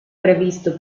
previsto